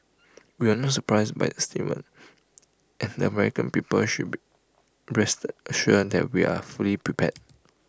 we are not surprised by statement and the American people should be rest assured that we are fully prepared